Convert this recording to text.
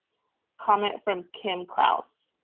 comment from kim krouse.